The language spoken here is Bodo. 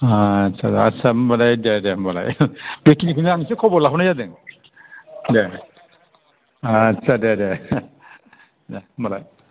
आच्छा आच्छा होमबालाय दे दे होमबालाय बे खिनिखौनो आं एसे खबर लाहरनाय जादों दे दे आच्छा दे दे दे होनबालाय